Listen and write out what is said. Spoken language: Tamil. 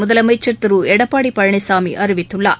முதலமைச்சர் திரு எடப்பாடி பழனிசாமி அறிவித்துள்ளார்